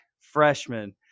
freshman